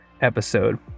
episode